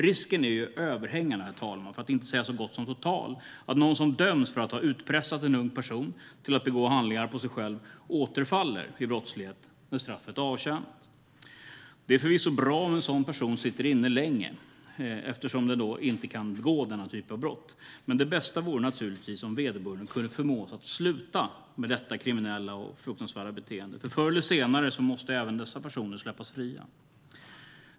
Risken är överhängande, herr talman, för att inte säga så gott som total, att någon som döms för att ha utpressat en ung person att begå handlingar på sig själv återfaller i brottslighet när straffet är avtjänat. Det är förvisso bra om en sådan person sitter inne längre, eftersom den då inte kan begå denna typ av brott, men det bästa vore naturligtvis om vederbörande kunde förmås att sluta med detta kriminella och fruktansvärda beteende. Förr eller senare måste även dessa personer släppas fria.